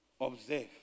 Observe